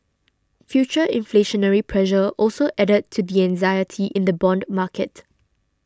future inflationary pressure also added to the anxiety in the bond market